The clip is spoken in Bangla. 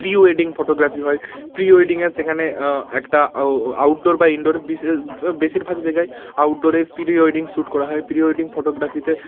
প্রি ওয়েডিং ফটোগ্রাফি হয় প্রি ওয়েডিংয়ে সেখানে একটা আউটডোর বা ইন্ডোর বিশেষ বেশিরভাগ জায়গায় আউটডোরে প্রি ওয়েডিং শ্যুট করা হয় প্রি ওয়েডিং ফটোগ্রাফিতে